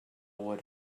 would